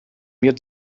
mir